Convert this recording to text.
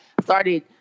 started